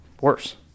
worse